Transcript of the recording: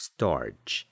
Starch